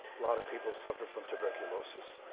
lots of people suffered from tuberculosis.